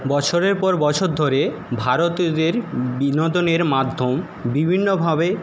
বছরের পর বছর ধরে ভারতীয়দের বিনোদনের মাধ্যম বিভিন্নভাবে